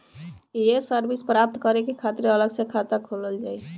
ये सर्विस प्राप्त करे के खातिर अलग से खाता खोलल जाइ?